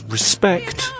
Respect